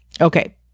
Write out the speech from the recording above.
okay